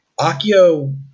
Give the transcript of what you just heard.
Akio